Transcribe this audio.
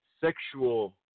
sexual